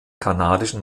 kanadischen